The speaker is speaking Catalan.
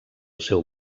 seu